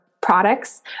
products